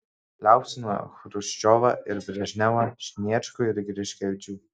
liaupsino chruščiovą ir brežnevą sniečkų ir griškevičių